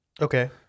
Okay